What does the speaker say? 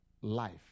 life